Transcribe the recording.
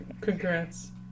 Congrats